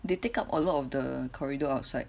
they take up a lot of the corridor outside